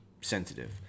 sensitive